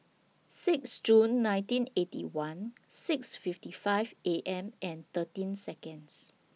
six June nineteen Eighty One six fifty five A M and thirteen Seconds